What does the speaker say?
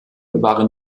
waren